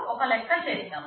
ఒక లెక్క చేద్దాం